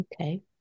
Okay